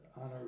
honor